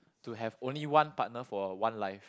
to have only one partner for one life